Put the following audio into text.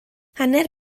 hanner